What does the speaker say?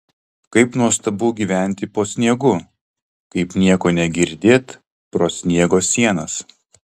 kaip nuostabu gyventi po sniegu kaip nieko negirdėt pro sniego sienas